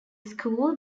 school